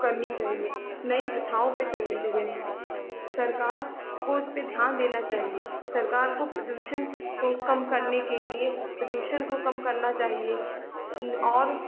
करनी चाहिए नई प्रथाओं पर चलने चाहिए सरकार को उसपर ध्यान देना चाहिए सरकार को प्रदूषण को कम करने के लिए प्रदूषण को कम करना चाहिए और